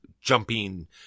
jumping